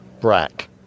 Brack